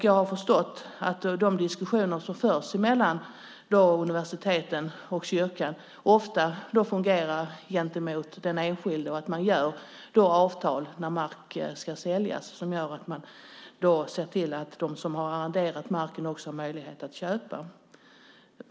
Jag har förstått att de diskussioner som förs mellan universiteten och kyrkan ofta fungerar så gentemot den enskilde att man sluter avtal när mark ska säljas som gör att de som har arrenderat marken också har möjlighet att köpa den.